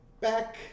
back